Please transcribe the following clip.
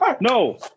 No